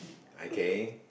okay